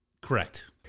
Correct